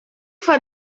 for